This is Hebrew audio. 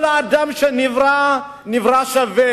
כל אדם שנברא נברא שווה,